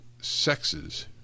sexes